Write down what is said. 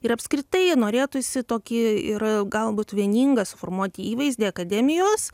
ir apskritai norėtųsi tokį ir galbūt vieningą suformuot įvaizdį akademijos